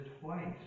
twice